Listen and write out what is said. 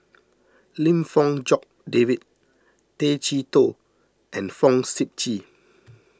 Lim Fong Jock David Tay Chee Toh and Fong Sip Chee